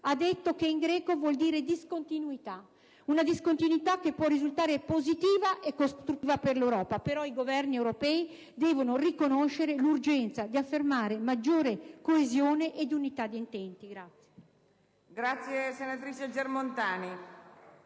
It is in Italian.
ribadito che in greco essa vuol dire discontinuità. Questa discontinuità può risultare positiva e costruttiva per l'Europa; però i Governi europei devono riconoscere l'urgenza di affermare maggiore coesione e di unità di intenti.